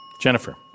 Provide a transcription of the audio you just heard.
Jennifer